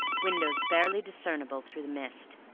windows barely discernible through the mist,